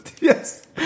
Yes